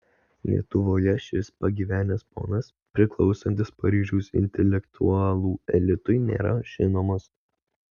lietuvoje šis pagyvenęs ponas priklausantis paryžiaus intelektualų elitui nėra žinomas